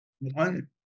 One